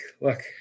look